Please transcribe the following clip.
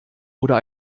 oder